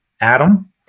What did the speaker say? Adam